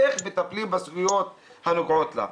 איך מטפלים בסוגיות הנוגעות לה.